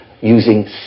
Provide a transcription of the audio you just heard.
using